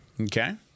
Okay